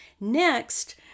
Next